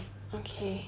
okay